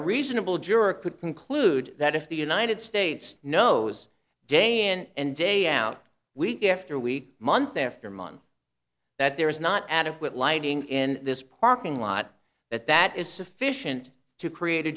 a reasonable juror could conclude that if the united states knows day and day out week after week month after month that there is not adequate lighting in this parking lot that that is sufficient to create